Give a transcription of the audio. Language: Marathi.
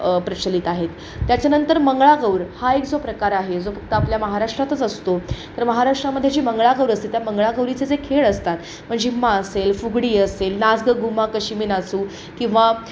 प्रचलित आहेत त्याच्यानंतर मंगळागौर हा एक जो प्रकार आहे जो फक्त आपल्या महाराष्ट्रातच असतो तर महाराष्ट्रामध्ये जी मंगळागौर असते त्या मंगळागौरीचे जे खेळ असतात मग झिम्मा असेल फुगडी असेल नाच ग घुमा कशी मी नाचू किंवा